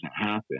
happen